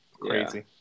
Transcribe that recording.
crazy